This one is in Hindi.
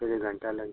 दो तीन घंटा लग जाएगा